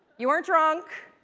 you weren't drunk!